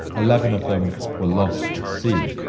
eleven of them were lost at sea,